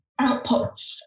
outputs